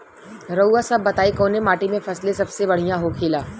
रउआ सभ बताई कवने माटी में फसले सबसे बढ़ियां होखेला?